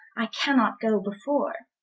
i cannot go before,